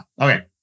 Okay